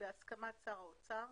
בהסכמת שר האוצר"